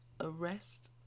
arrest